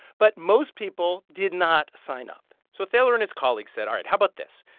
but most people did not sign up so thaler and his colleagues said, all right how about this?